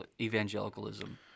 evangelicalism